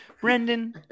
brendan